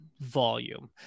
volume